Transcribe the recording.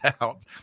out